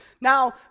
Now